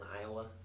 Iowa